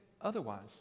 otherwise